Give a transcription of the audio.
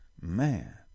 Man